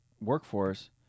workforce